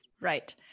Right